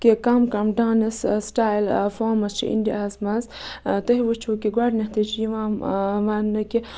کہِ کَم کَم ڈانٕس سِٹایِل فارمٕز چھِ اِنڈیا ہَس منٛز تُہۍ وُچھِو کہِ گۄڈٕنیھٕے چھُ یِوان وَننہٕ کہِ